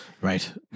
Right